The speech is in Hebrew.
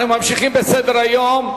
אנחנו ממשיכים בסדר-היום.